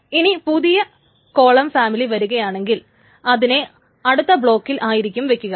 ഇനി പുതിയ column family വരുകയാണെങ്കിൽ അതിനെ അടുത്ത ബ്ലോക്കിൽ ആയിരിക്കും വയ്ക്കുക